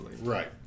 right